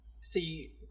See